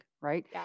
right